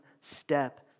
step